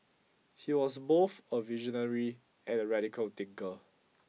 he was both a visionary and a radical thinker